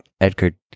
Edgar